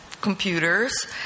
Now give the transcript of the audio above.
computers